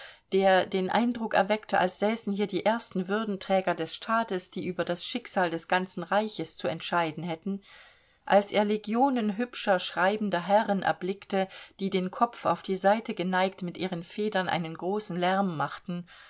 der den eindruck erweckte als säßen hier die ersten würdenträger des staates die über das schicksal des ganzen reiches zu entscheiden hätten als er legionen hübscher schreibender herren erblickte die den kopf auf die seite geneigt mit ihren federn einen großen lärm machten